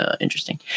interesting